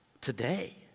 today